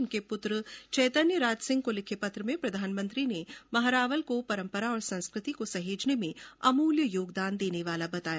उनके पुत्र चैतन्य राज सिंह को लिखे पत्र में प्रधानमंत्री ने महारावल को परंपरा और संस्कृति को सहेजने में अमूल्य योगदान देने वाला बताया